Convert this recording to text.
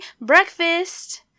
breakfast